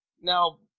now